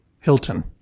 Hilton